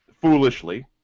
foolishly